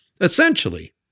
essentially